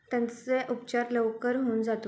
त्यांचं उपचार लवकर होऊन जातो